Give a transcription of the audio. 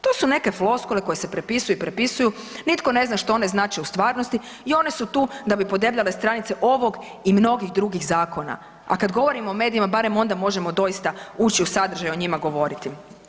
To su neke floskule koje se prepisuju i prepisuju nitko ne zna što one znače u stvarnosti i one su tu da bi podebljale stranice ovog i mnogih drugih zakona, a kad govorimo o medijima barem onda možemo doista ući u sadržaj i o njima govoriti.